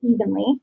evenly